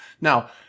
Now